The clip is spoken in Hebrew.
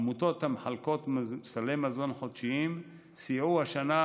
עמותות המחלקות סלי מזון חודשיים סייעו השנה